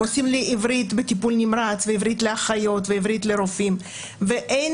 הם עושים עברית לטיפול נמרץ ועברית לאחיות ועברית לרופאים ואין,